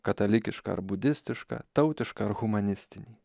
katalikišką ar budistišką tautišką ar humanistinį